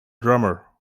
drummer